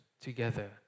together